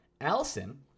Allison